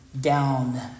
down